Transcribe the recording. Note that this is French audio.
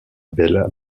belle